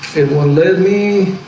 it won't let me